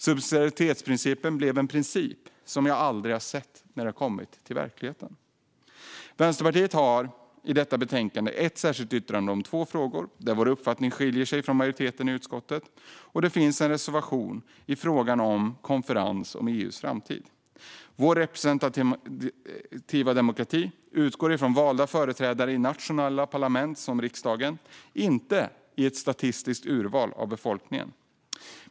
Subsidiaritetsprincipen blev en princip som jag aldrig har sett när det har kommit till verkligheten. Vänsterpartiet har i detta betänkande ett särskilt yttrande som rör två frågor där vår uppfattning skiljer sig från majoriteten i utskottet. Det finns också en reservation i frågan om konferensen om EU:s framtid. Vår representativa demokrati utgår från valda företrädare i nationella parlament, till exempel riksdagen, inte i ett statistiskt urval av befolkningen.